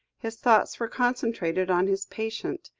his thoughts were concentrated on his patient,